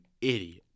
idiot